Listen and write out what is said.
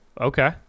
Okay